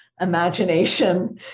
imagination